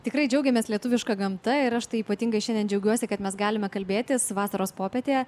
tikrai džiaugiamės lietuviška gamta ir aš tai ypatingai šiandien džiaugiuosi kad mes galime kalbėtis vasaros popietėje